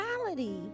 reality